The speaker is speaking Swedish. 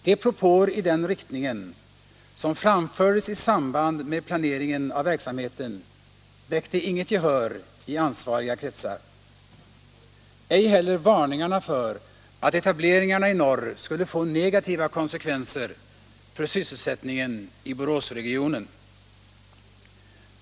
De propåer i den riktningen som framfördes i samband med planeringen av verksamheten väckte inget gehör i ansvariga kretsar, ej heller varningarna för att etableringarna i norr skulle få negativa konsekvenser för sysselsättningen i Boråsregionen.